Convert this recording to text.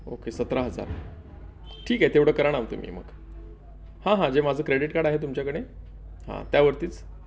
okay सतरा हजार ठीक आहे तेवढं करा ना तुम्ही मी मग हां हां जे माझं क्रेडिट कार्ड आहे तुमच्याकडे हां त्यावरतीच